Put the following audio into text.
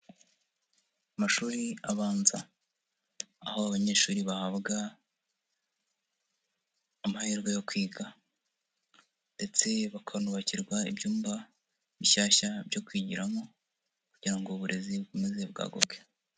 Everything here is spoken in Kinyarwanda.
Amashuri abanza aho abanyeshuri bahabwa amahirwe yo kwiga ndetse bakanubakirwa ibyumba bishyashya byo kwigiramo kugira ngo uburezi bukomeze bwaguke.